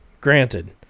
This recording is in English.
granted